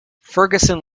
ferguson